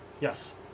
Yes